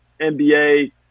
NBA